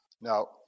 Now